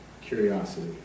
curiosity